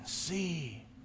See